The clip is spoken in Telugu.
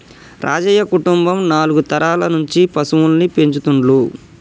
రాజయ్య కుటుంబం నాలుగు తరాల నుంచి పశువుల్ని పెంచుతుండ్లు